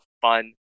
fun